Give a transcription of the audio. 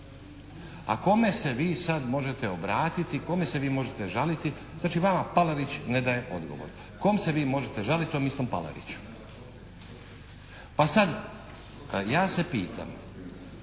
A kome se vi sad možete obratiti, kome se vi možete žaliti? Znači vama Palarić ne daje odgovor! Kom se vi možete žaliti, tom istom Palariću. Pa sad ja se pitam,